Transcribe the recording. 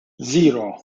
zero